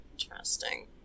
Interesting